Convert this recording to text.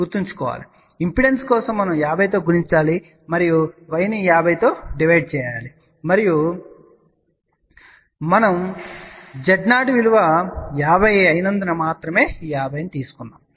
గుర్తుంచుకోండి ఇంపిడెన్స్ కోసం మనం 50 తో గుణించాలి మరియు y ని 50 తో డివైడ్ చేయాలి మరలా మన Z0 విలువ 50 అయినందున మాత్రమే ఈ 50 తీసుకున్నాము